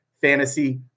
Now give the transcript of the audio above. fantasy